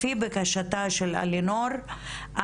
לפי בקשתה של אלינור,